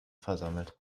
versammelt